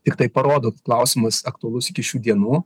tiktai parodo kad klausimas aktualus iki šių dienų